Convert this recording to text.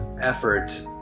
effort